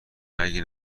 نگی